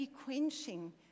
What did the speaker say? quenching